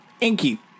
Inky